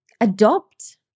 adopt